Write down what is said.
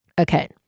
Okay